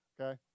okay